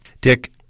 Dick